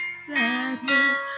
sadness